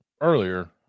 earlier